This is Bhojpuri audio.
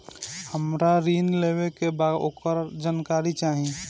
हमरा ऋण लेवे के बा वोकर जानकारी चाही